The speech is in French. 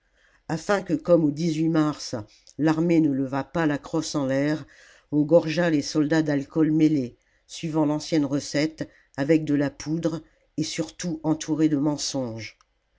afin que comme au mars l'armée ne levât pas la crosse en l'air on gorgea les soldats d'alcool mêlé suivant l'ancienne recette avec de la poudre et surtout entonné de mensonges